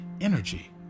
energy